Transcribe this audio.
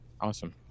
Awesome